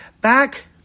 Back